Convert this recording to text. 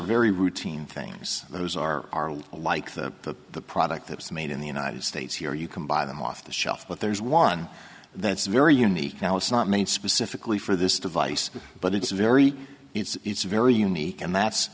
very routine things those are like that the product that was made in the united states here you can buy them off the shelf but there's one that's very unique now it's not made specifically for this device but it's very it's it's very unique and that's